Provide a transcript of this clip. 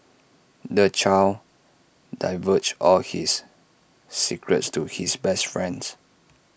the child divulged all his secrets to his best friend